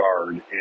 guard